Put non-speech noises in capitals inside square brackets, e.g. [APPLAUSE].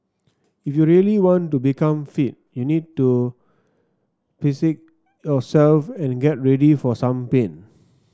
if you really want to become fit you need to [UNINTELLIGIBLE] yourself and get ready for some pain